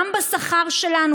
גם בשכר שלנו,